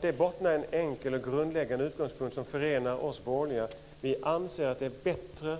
Detta bottnar i en enkel och grundläggande utgångspunkt som förenar oss borgerliga, nämligen att vi anser att det är bättre